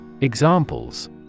Examples